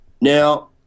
Now